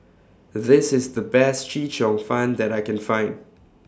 This IS The Best Chee Cheong Fun that I Can Find